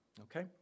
Okay